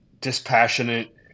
dispassionate